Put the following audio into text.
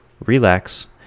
Relax